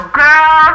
girl